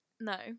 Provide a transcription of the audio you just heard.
No